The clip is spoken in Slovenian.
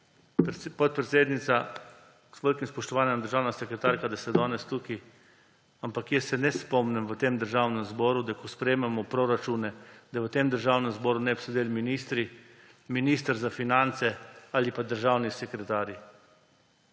podpredsednica. Z velikim spoštovanjem, državna sekretarka, da ste danes tukaj, ampak jaz se ne spomnim, da ko sprejemamo proračune, v Državnem zboru ne bi sedeli ministri, minister za finance ali pa državni sekretarji.